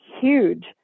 huge